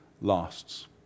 lasts